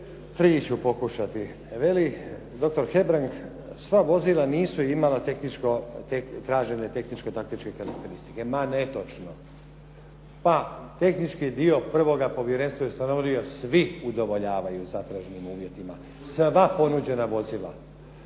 Tri ću pokušati. Veli, dr. Hebrang, sva vozila nisu imala tehničko, tražene tehničko …/Govornik se ne razumije./… karakteristike. Ma netočno! Pa tehnički dio prvoga povjerenstvo ustanovljuje svi udovoljavaju zatraženim uvjetima, sva ponuđena vozila.